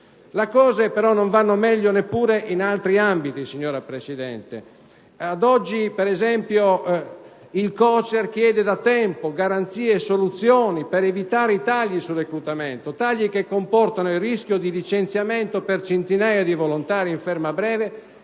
Le cose non vanno meglio neppure in altri ambiti, signora Presidente. Ad esempio, il COCER chiede da tempo garanzie e soluzioni per evitare i tagli sul reclutamento, tagli che comportano il rischio di licenziamento per centinaia di volontari in ferma breve,